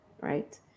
right